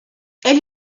elle